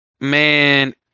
Man